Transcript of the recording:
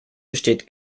besteht